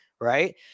right